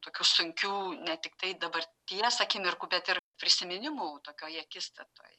tokių sunkių ne tiktai dabarties akimirkų bet ir prisiminimų tokioj akistatoj